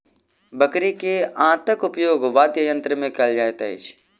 बकरी के आंतक उपयोग वाद्ययंत्र मे कयल जाइत अछि